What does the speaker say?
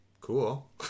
cool